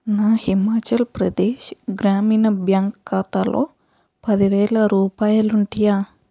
నా హిమాచల్ ప్రదేశ్ గ్రామీణ బ్యాంక్ ఖాతాలో పదివేల రూపాయలుంటియా